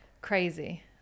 Crazy